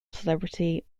celebrity